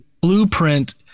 Blueprint